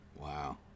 Wow